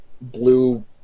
blue